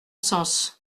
sens